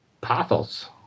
pathos